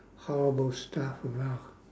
horrible stuff of our